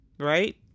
right